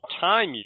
time